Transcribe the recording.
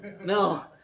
No